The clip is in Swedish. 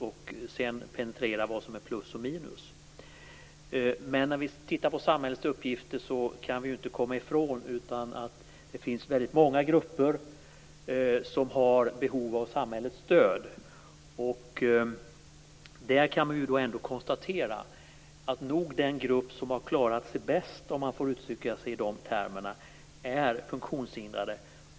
Sedan kan man penetrera vad som är plus och minus. Men när vi tittar på samhällets uppgifter kan vi ju inte komma ifrån att det finns väldigt många grupper som har behov av samhällets stöd. Där kan vi ändå konstatera att den grupp som har klarat sig bäst, om man får utrycka sig i de termerna, nog är de funktionshindrade.